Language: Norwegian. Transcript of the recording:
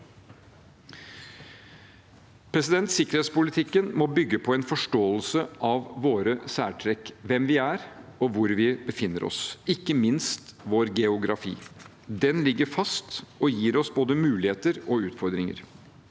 Sikkerhetspolitikken må bygge på en forståelse av våre særtrekk – hvem vi er og hvor vi befinner oss, ikke minst vår geografi. Den ligger fast og gir oss både muligheter og utfordringer.